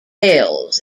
wales